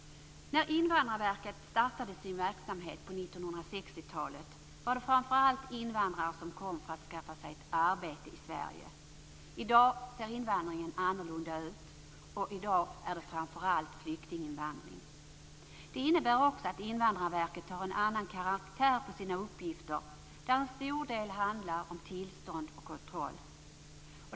När Invandrarverket startade sin verksamhet på 1960-talet kom invandrare till Sverige framför allt för att skaffa sig ett arbete. I dag ser invandringen annorlunda ut. I dag handlar det framför allt om flyktinginvandring. Det innebär också att Invandrarverket har en annan karaktär på sina uppgifter, att de nu till stor del handlar om att ge tillstånd och utöva kontroll.